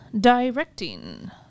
directing